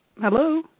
Hello